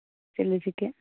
chilli chicken